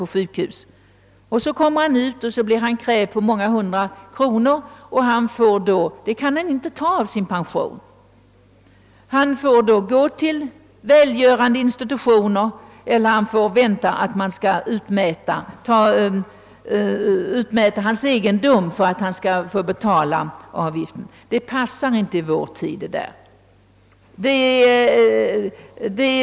När han kom ut blir han krävd på många hundra kronor, som han inte kan ta ur sin pension. Han måste därför gå till välgörande institutioner eller vänta på att man skall utmäta hans egendom för att han skall kunna betala avgiften. Detta passar inte i vår tid.